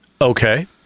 Okay